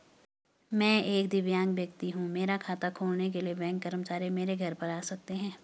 मैं एक दिव्यांग व्यक्ति हूँ मेरा खाता खोलने के लिए बैंक कर्मचारी मेरे घर पर आ सकते हैं?